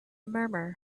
murmur